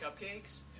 cupcakes